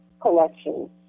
collection